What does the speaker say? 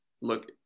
look